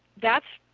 that's